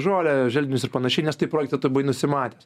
žolę želdinius ir panašiai nes tai projekte tu buvai nusimatęs